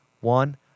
One